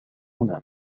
هنا